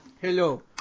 Hello